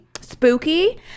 spooky